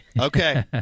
Okay